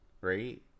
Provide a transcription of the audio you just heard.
right